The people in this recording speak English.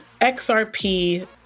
XRP